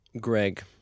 Greg